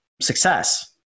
success